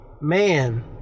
Man